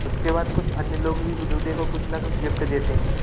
उसके बाद कुछ अन्य लोग भी दूल्हे को कुछ न कुछ गिफ्ट देते हैं